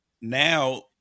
now